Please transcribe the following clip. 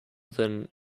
than